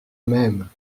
même